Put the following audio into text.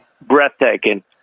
Breathtaking